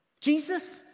Jesus